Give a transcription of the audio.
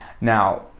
Now